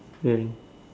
wearing